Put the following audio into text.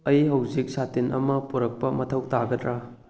ꯑꯩ ꯍꯧꯖꯤꯛ ꯁꯥꯇꯤꯟ ꯑꯃ ꯄꯨꯔꯛꯄ ꯃꯊꯧ ꯇꯥꯒꯗ꯭ꯔꯥ